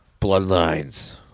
Bloodlines